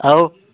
ଆଉ